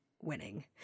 winning